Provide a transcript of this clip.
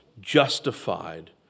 justified